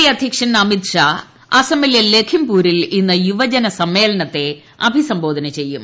P അദ്ധ്യക്ഷൻ അമിത്ഷാ അസ്സമിലെ ലഖിംപൂരിൽ ഇന്ന് സമ്മേളനത്തെ യുവജന അഭിസംബോധന ചെയ്യും